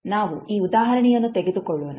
ನಾವು ಈ ಉದಾಹರಣೆಯನ್ನು ತೆಗೆದುಕೊಳ್ಳೋಣ